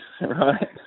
right